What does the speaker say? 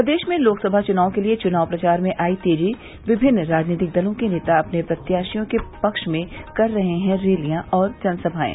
प्रदेश में लोकसभा चुनाव के लिये चुनाव प्रचार में आई तेजी विभिन्न राजनीतिक दलों के नेता अपने प्रत्याशियों के पक्ष में कर रहे हैं रैलियां और जनसभाएं